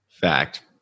fact